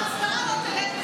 האסדרה לא תלך,